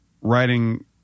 writing